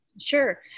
sure